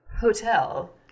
hotel